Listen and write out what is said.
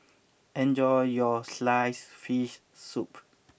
enjoy your Sliced Fish Soup